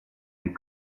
des